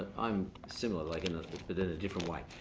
i'm similar, like and but in a different way.